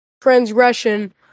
transgression